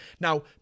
Now